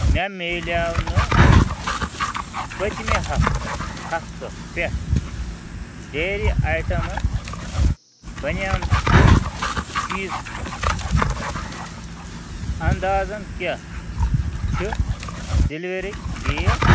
مےٚ مِلیو نہٕ پٔتۍمہِ ہف ہفتہٕ پٮ۪ٹھ ڈیری آیٹَمَن بَنیمتہٕ چیٖز انٛدازَن کیٛاہ چھِ ڈِلؤری ڈیٹ